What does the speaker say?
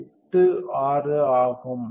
86 ஆகும்